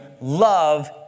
love